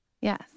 Yes